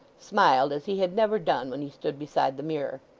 smiled as he had never done when he stood beside the mirror.